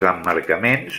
emmarcaments